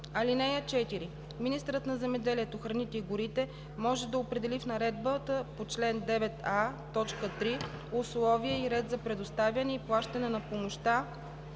(4) Министърът на земеделието, храните и горите може да определи в наредбата по чл. 9а, т. 3 условия и ред за предоставяне и плащане на помощта